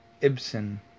Ibsen